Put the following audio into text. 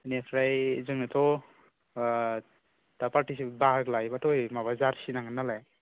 बेनिफ्राय जोङोथ' ओ दा पार्टिजो बाहागो लायोब्लाथ' ओरैनो माबा जारसि नांगोननालाय